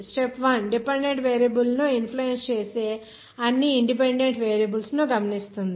step 1 dependent variable ను influence చేసే అన్ని ఇన్ డిపెండెంట్ వేరియబుల్స్ ను గమనిస్తుంది